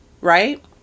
right